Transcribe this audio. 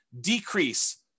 decrease